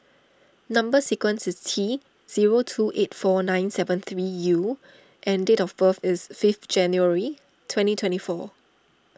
Number Sequence is T zero two eight four nine seven three U and date of birth is fifth January twenty twenty four